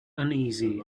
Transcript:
uneasy